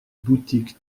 boutique